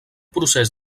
procés